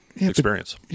experience